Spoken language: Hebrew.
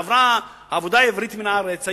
עבודה עברית עברה מן הארץ,